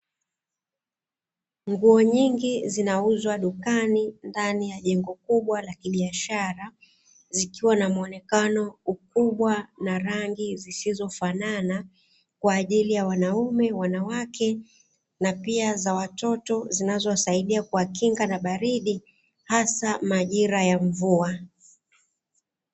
Nguo nyingi zinauzwa dukani ndani ya jengo kubwa la kibiashara zikiwa na muonekano mkubwa na rangi zisizofanana kwa ajili ya wanaume, wanawake na pia za watoto zinazowasaidia kuwakinga na baridi hasa majira ya mvua.